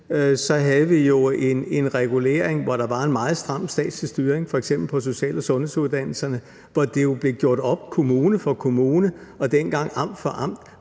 tilbage en regulering, hvor der var en meget stram statslig styring, f.eks. på social- og sundhedsuddannelserne, hvor det jo blev gjort op kommune for kommune og dengang amt for amt,